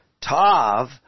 ...tav